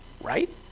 Right